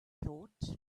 thought